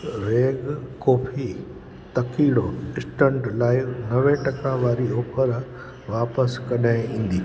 रेग कॉफी तकिड़ो स्टंट लाइ नवे टका वारी ऑफर वापसि कॾहिं ईंदी